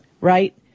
Right